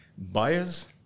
Buyers